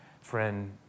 friend